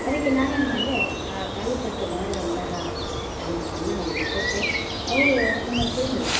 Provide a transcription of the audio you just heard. ಅದಕ್ಕೆ ನಾನೇನು ಮಾಡಿದೆ ಆ ತಾಳಿಪಟ್ಟು ಮಾಡಿದಂತಹ ತಾಳಿಪಟ್ಟನ್ನ ಅವರಿಗೆ ಕೊಟ್ಟೆ ಅವರು ಅದನ್ನು ತಿಂದರು